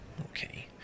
Okay